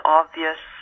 obvious